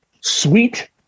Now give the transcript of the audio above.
sweet